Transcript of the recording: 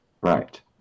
Right